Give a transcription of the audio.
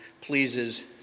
pleases